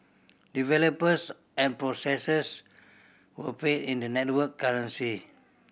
developers and processors were paid in the network currency